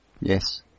Yes